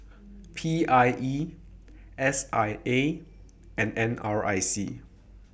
P I E S I A and N R I C